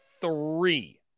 three